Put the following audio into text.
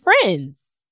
friends